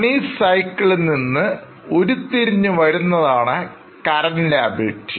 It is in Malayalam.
മണി സൈക്കിളിൽ നിന്ന് ഉരുത്തിരിഞ്ഞു വരുന്നതാണ് Current Liabilities